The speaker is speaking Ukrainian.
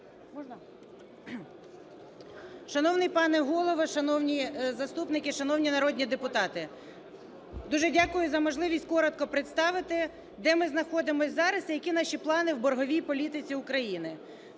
Шановний пане Голово, шановні заступники, шановні народні депутати! Дуже дякую за можливість коротко представити, де ми знаходимося зараз і які наші плани в борговій політиці України.